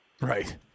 Right